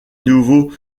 nouveaux